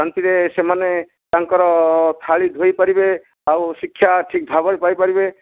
ଶାନ୍ତି ରେ ସେମାନେ ତାଙ୍କର ଥାଳି ଧୋଇ ପାରିବେ ଆଉ ଶିକ୍ଷା ଠିକ୍ ଭାବରେ ପାଇପାରିବେ